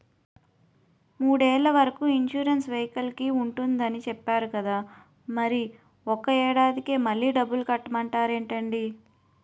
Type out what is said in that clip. మూడేళ్ల వరకు ఇన్సురెన్సు వెహికల్కి ఉంటుందని చెప్పేరు కదా మరి ఒక్క ఏడాదికే మళ్ళి డబ్బులు కట్టమంటారేంటండీ?